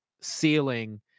ceiling